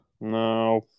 No